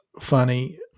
funny